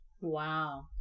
wow